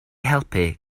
helpu